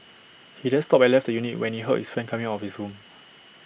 he then stopped and left the unit when he heard his friend coming out of his room